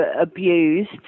abused